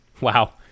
wow